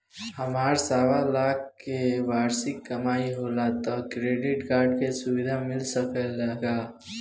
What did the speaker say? हमार सवालाख के वार्षिक कमाई होला त क्रेडिट कार्ड के सुविधा मिल सकेला का?